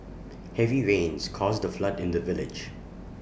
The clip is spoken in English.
heavy rains caused A flood in the village